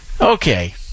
okay